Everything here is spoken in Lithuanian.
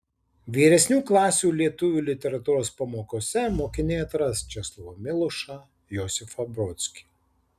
vyresnių klasių lietuvių literatūros pamokose mokiniai atras česlovą milošą josifą brodskį